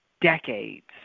decades